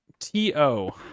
T-O